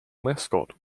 mascot